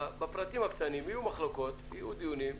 בפרטים הקטנים יהיו מחלוקות, יהיו דיונים.